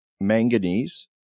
manganese